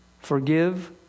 Forgive